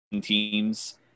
Teams